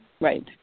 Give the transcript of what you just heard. Right